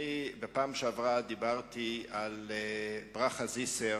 בפעם שעברה אני דיברתי על ברכה זיסר,